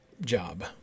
job